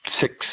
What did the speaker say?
six